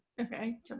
okay